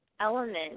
element